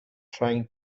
trying